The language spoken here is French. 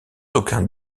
aucun